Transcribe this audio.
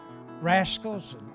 rascals